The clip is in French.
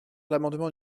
l’amendement